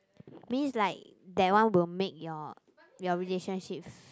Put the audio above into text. means like that one will make your your relationships